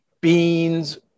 beans